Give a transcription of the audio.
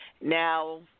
Now